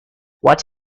what